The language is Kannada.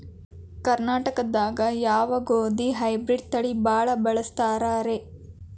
ಕರ್ನಾಟಕದಾಗ ಯಾವ ಗೋಧಿ ಹೈಬ್ರಿಡ್ ತಳಿ ಭಾಳ ಬಳಸ್ತಾರ ರೇ?